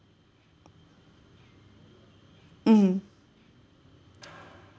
mm